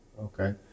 Okay